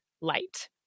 light